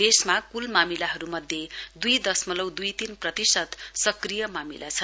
देशमा कुल मामिलाहरूमध्ये दुई दशमलउ दुई तीन प्रतिशत सक्रिय मामिला छन्